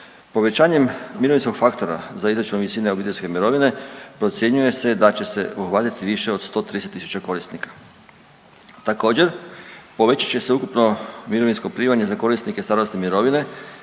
Povećanjem mirovinskog faktora za izračun visine obiteljske mirovine procjenjuje se da će obuhvatiti više od 130 tisuća korisnika. Također povećat će se ukupno mirovinsko primanje za korisnike starosne mirovine,